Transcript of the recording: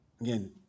Again